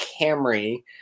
Camry